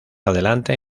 adelante